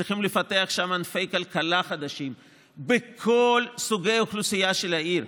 צריכים לפתח שם ענפי כלכלה חדשים לכל סוגי האוכלוסייה של העיר.